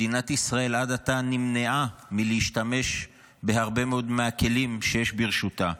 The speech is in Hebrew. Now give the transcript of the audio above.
מדינת ישראל נמנעה עד עתה מלהשתמש בהרבה מאוד מהכלים שיש ברשותה.